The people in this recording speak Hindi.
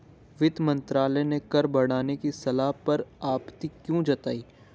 वित्त मंत्रालय ने कर बढ़ाने की सलाह पर आपत्ति क्यों जताई?